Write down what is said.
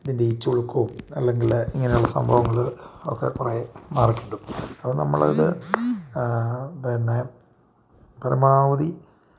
ഇതിൻ്റെ ഈച്ചുളുക്കും അല്ലെങ്കിൽ ഇങ്ങനെയുള്ള സംഭവങ്ങൾ ഒക്കെ കുറേ മാറി കിട്ടും അപ്പം നമ്മൾ അത് പിന്നെ പരമാവധി